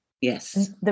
Yes